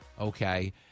okay